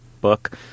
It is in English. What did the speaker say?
book